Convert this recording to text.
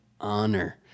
honor